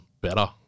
better